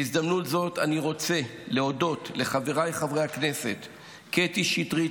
בהזדמנות הזאת אני רוצה להודות לחבריי חברי הכנסת קטי שטרית,